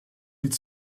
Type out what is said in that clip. its